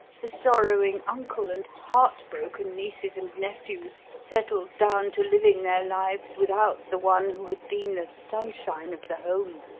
the sorrowing uncle and heart-broken nieces and nephews settled down to living their lives without the one who had been the sunshine of the home,